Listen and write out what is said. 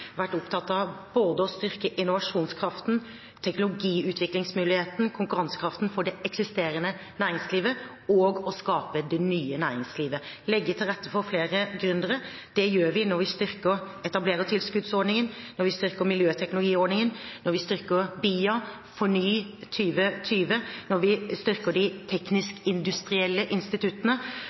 vært opptatt av både å styrke innovasjonskraften, teknologiutviklingsmuligheten og konkurransekraften for det eksisterende næringslivet og å skape det nye næringslivet og legge til rette for nye gründere. Det gjør vi når vi styrker etablerertilskuddsordningen,